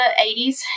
80s